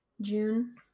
June